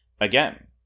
Again